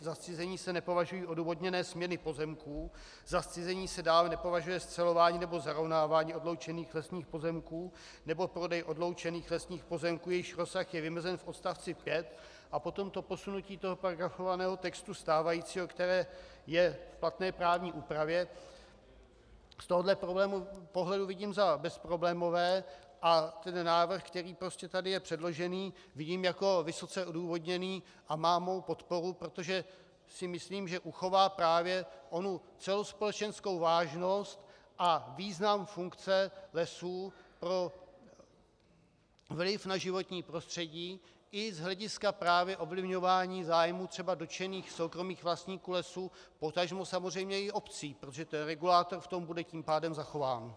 za zcizení se nepovažují odůvodněné směny pozemků, za zcizení se dále nepovažuje scelování nebo zarovnávání odloučených lesních pozemků nebo prodej odloučených lesních pozemků, jejichž rozsah je vymezen v odst. 5, a potom to posunutí paragrafovaného textu stávajícího, které je v platné právní úpravě, z tohoto pohledu vidím za bezproblémové a návrh, který tady je předložen, vidím jako vysoce odůvodněný a má mou podporu, protože si myslím, že uchová právě onu celospolečenskou vážnost a význam funkce lesů pro vliv na životní prostředí i z hlediska právě ovlivňování zájmů třeba dotčených soukromých vlastníků lesů, potažmo samozřejmě i obcí, protože regulátor v tom bude tím pádem zachován.